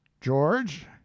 george